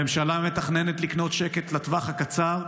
הממשלה מתכננת לקנות שקט לטווח הקצר,